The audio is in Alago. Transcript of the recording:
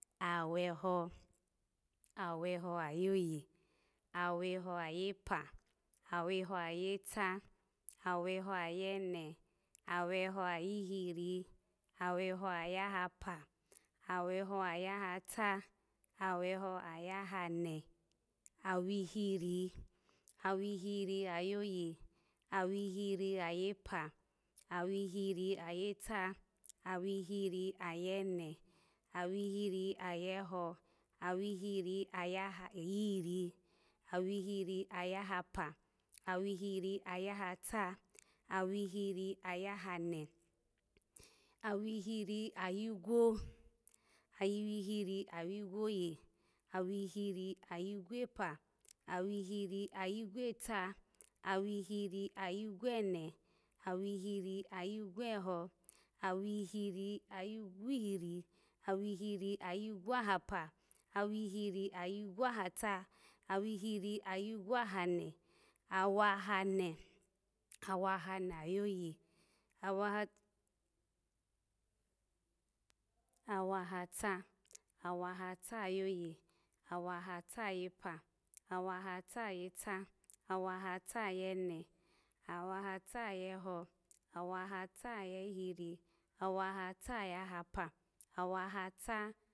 Aweho, aweho ayoye, aweho ayepa, aweho ayeta, aweho ayene, aweho ayeho, aweho ayihiri, aweho ayahapa, aweho ayahata, aweho ayahane, awihiri, awihiri ayoye, awihiri ayepa, awihiri ayeta, awihiri ayene, awihiri ayeho, awihiri ayaha, awihiri ayahapa, awihiri ayahata, awihiri ayane, awihiri ayigwo, awihiri ayigwoye, awihiri ayigwopa, awihiri ayigwota, awihiri ayi gwone, awihiri ayi gwoho, awihiri ayi gwo hiri, awihiri ayi gwo hapa, awihiri ayi gwo hata, awihiri ayi gwo hane, awahane, awahane ayoye awaha, awahata, awahata ayoye, awahata ayepa, awahata ayeta, awahata ayene, awahata ayeho, awahata ayihiri, awahata ayahapa, awahata ayahata